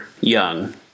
young